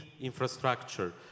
infrastructure